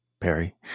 Perry